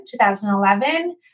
2011